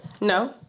No